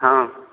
हँ